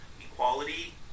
equality